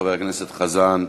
חבר הכנסת חזן,